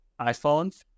iphone